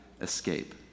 escape